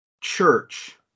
church